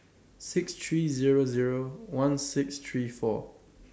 six three Zero Zero one six three four